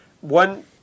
one